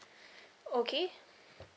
okay